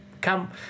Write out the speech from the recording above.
come